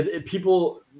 people –